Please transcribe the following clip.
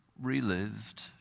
relived